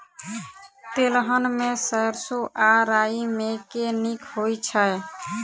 तेलहन मे सैरसो आ राई मे केँ नीक होइ छै?